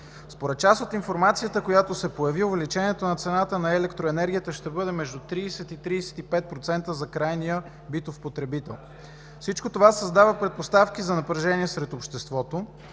Според част от информацията, която се появи, увеличението на цената на електроенергията ще бъде между 30 и 35% за крайния битов потребител. Всичко това създава предпоставки за напрежение сред обществото.